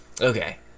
Okay